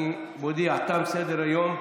אני מודיע: תם סדר-היום.